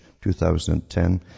2010